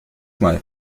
mal